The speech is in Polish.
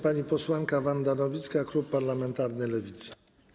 Pani posłanka Wanda Nowicka, klub parlamentarny Lewica.